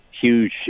Huge